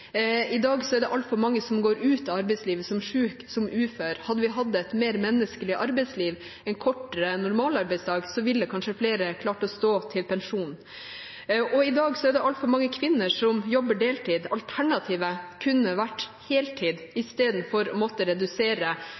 I dag er det altfor mange som går ut av arbeidslivet som syke og uføre. Hadde vi hatt et mer menneskelig arbeidsliv, en kortere normalarbeidsdag, ville kanskje flere klart å stå i arbeid til pensjonsalder. I dag er det altfor mange kvinner som jobber deltid. Alternativet kunne vært heltid, istedenfor å måtte